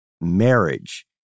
marriage